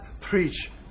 preach